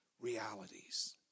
realities